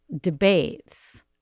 debates